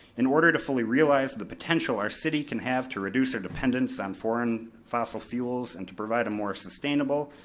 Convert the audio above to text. in order to fully realize the potential our city can have to reduce our dependence on foreign fossil fuels and to provide a more sustainable,